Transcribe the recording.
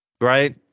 Right